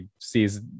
sees